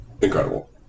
incredible